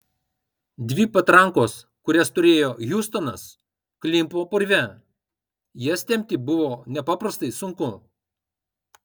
dvi patrankos kurias turėjo hiustonas klimpo purve jas tempti buvo nepaprastai sunku